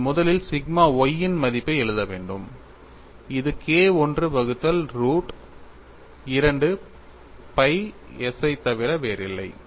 நீங்கள் முதலில் sigma y இன் மதிப்பை எழுத வேண்டும் இது KI வகுத்தல் ரூட் 2 pi s ஐத் தவிர வேறில்லை